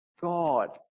God